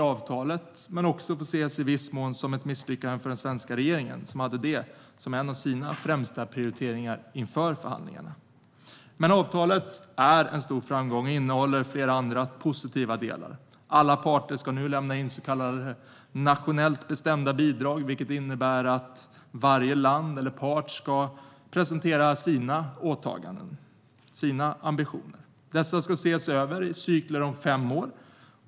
Det får också i viss mån ses som ett misslyckande för den svenska regeringen, som hade detta som en av sina främsta prioriteringar inför förhandlingarna. Avtalet är trots det en stor framgång och innehåller flera positiva delar. Alla parter ska nu lämna in så kallade nationellt bestämda bidrag, vilket innebär att varje part presenterar sina åtaganden och ambitioner. Dessa ska ses över i cykler om fem år.